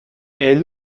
aile